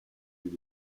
lieu